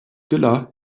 güllar